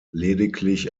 lediglich